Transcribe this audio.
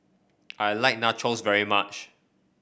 I like Nachos very much